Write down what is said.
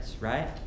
right